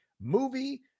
movie